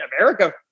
America